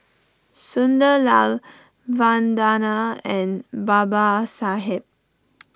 Sunderlal Vandana and Babasaheb